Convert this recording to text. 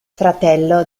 fratello